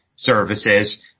services